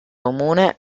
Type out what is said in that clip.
comune